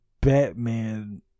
Batman